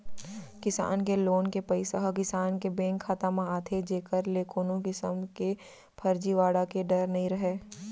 किसान के लोन के पइसा ह किसान के बेंक खाता म आथे जेकर ले कोनो किसम के फरजीवाड़ा के डर नइ रहय